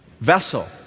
Vessel